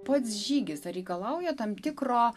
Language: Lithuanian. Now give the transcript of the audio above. pats žygis ar reikalauja tam tikro